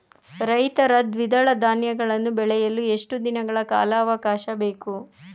ರೈತರು ದ್ವಿದಳ ಧಾನ್ಯಗಳನ್ನು ಬೆಳೆಯಲು ಎಷ್ಟು ದಿನಗಳ ಕಾಲಾವಾಕಾಶ ಬೇಕು?